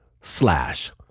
slash